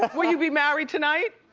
but will you be married tonight?